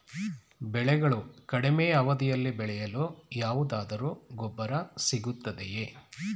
ಬೆಳೆಗಳು ಕಡಿಮೆ ಅವಧಿಯಲ್ಲಿ ಬೆಳೆಯಲು ಯಾವುದಾದರು ಗೊಬ್ಬರ ಸಿಗುತ್ತದೆಯೇ?